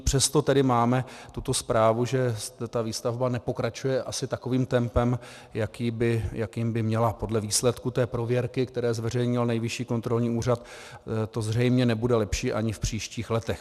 Přesto tedy máme tuto zprávu, že výstavba nepokračuje asi takovým tempem, jakým by měla, a podle výsledků té prověrky, které zveřejnil Nejvyšší kontrolní úřad, to zřejmě nebude lepší ani v příštích letech.